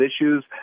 issues